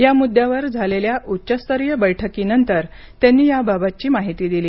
या मुद्द्यावर झालेल्या उच्च स्तरीय बैठकीनंतर त्यांनी याबाबतची माहिती दिली